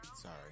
Sorry